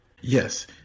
Yes